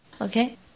Okay